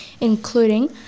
including